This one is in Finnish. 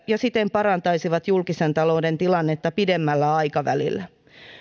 ja siten parantaisivat julkisen talouden tilannetta pidemmällä aikavälillä